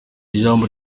ijambo